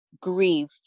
grief